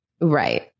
Right